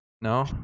No